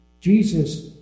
Jesus